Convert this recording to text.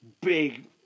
Big